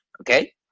Okay